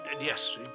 yes